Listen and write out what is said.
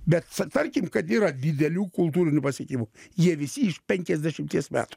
bet s tarkim kad yra didelių kultūrinių pasiekimų jie visi iš penkiasdešimties metų